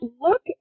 look